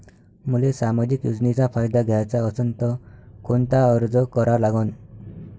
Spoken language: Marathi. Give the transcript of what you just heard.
मले सामाजिक योजनेचा फायदा घ्याचा असन त कोनता अर्ज करा लागन?